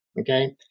okay